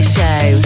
Show